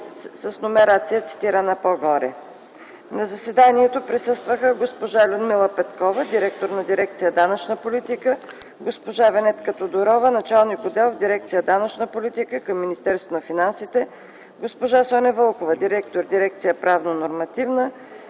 складове, № 002-01-27. На заседанието присъстваха госпожа Людмила Петкова – директор на Дирекция „Данъчна политика”, и госпожа Венетка Тодорова – началник отдел в Дирекция „Данъчна политика” към Министерство на финансите, госпожа Соня Вълкова – директор на Дирекция „Правно-нормативна”,